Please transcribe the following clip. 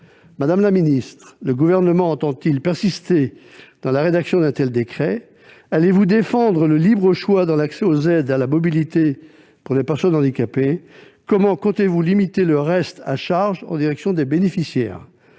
handicapées, le Gouvernement entend-il persister dans la rédaction d'un tel décret ? Allez-vous défendre le libre choix dans l'accès aux aides à la mobilité pour les personnes handicapées ? Comment comptez-vous limiter le reste à charge pour les bénéficiaires ?